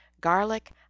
garlic